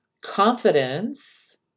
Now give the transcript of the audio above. Confidence